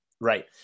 right